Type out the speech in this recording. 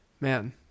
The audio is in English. Man